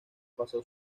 pasó